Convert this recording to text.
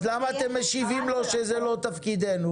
אז למה אתם משיבים לו שזה לא תפקידנו?